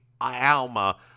Alma